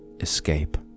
escape